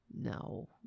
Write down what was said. No